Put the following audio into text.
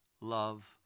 love